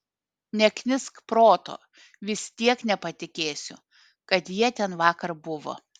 neknisk proto vis tiek nepatikėsiu kad jie ten vakar buvo